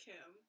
Kim